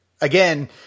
again